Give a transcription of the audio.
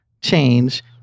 change